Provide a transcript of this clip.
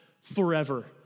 forever